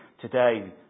today